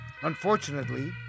Unfortunately